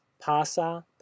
pasa